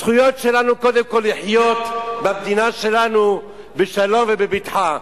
הזכויות שלנו הן קודם כול לחיות במדינה שלנו בשלום ובבטחה.